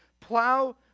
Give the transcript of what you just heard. plow